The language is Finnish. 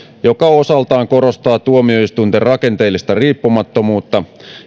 joka osaltaan korostaa tuomioistuinten rakenteellista riippumattomuutta